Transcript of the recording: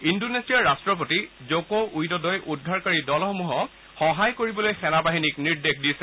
ইণ্ডোনেছিয়াৰ ৰট্টপতি জ'ক টইডডডই উদ্ধাৰকাৰী দলসমূহক সহায় কৰিবলৈ সেনাবাহিনীক নিৰ্দেশ দিছে